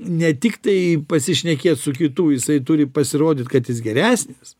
ne tik tai pasišnekėt su kitu jisai turi pasirodyt kad jis geresnis